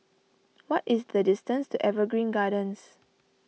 what is the distance to Evergreen Gardens